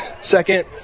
Second